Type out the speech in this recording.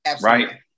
Right